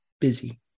busy